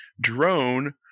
drone